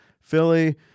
Philly